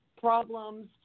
problems